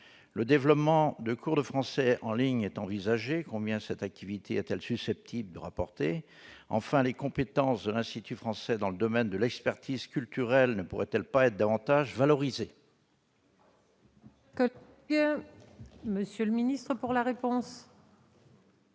Le développement de cours de français en ligne est envisagé : combien cette activité est-elle susceptible de rapporter ? Enfin, les compétences de l'Institut français dans le domaine de l'expertise culturelle ne pourraient-elles pas être davantage valorisées ? La parole est à M. le